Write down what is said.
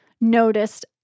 noticed